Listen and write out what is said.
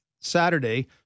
Saturday